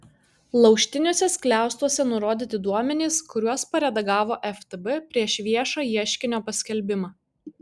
laužtiniuose skliaustuose nurodyti duomenys kuriuos paredagavo ftb prieš viešą ieškinio paskelbimą